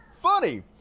funny